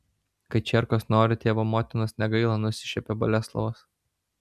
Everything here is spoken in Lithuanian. kai čierkos nori tėvo motinos negaila nusišiepė boleslovas